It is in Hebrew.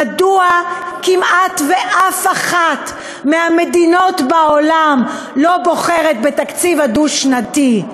מדוע כמעט אף אחת מהמדינות בעולם לא בוחרת בתקציב הדו-שנתי?